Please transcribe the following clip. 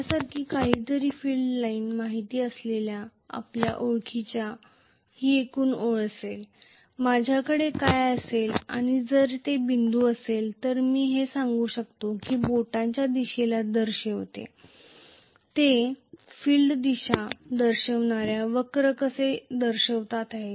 यासारखे काहीतरी field line माहित असलेल्या आपल्या ओळखीची ही एकूण ओळ असेल माझ्याकडे काय असेल आणि जर ते बिंदू असेल तर मी हे सांगू शकतो की हे बोटांच्या दिशेला दर्शविते ते फील्डची दिशा दर्शविणाऱ्या वक्र कसे दर्शवित आहेत